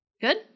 Good